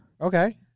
Okay